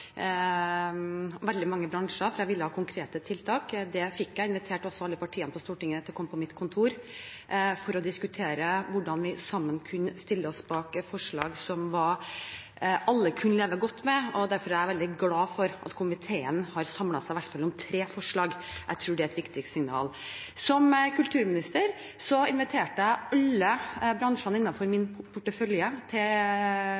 veldig mange bransjer, for jeg ville ha konkrete tiltak. Det fikk jeg. Jeg inviterte også alle partiene på Stortinget til å komme på mitt kontor for å diskutere hvordan vi sammen kunne stille oss bak et forslag som alle kunne leve godt med. Derfor er jeg veldig glad for at komiteen har samlet seg om i hvert fall tre forslag. Jeg tror det er et viktig signal. Som kulturminister inviterte jeg alle bransjene innenfor min portefølje til